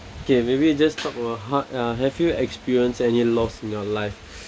okay maybe you just talk about how uh have you experienced any loss in your life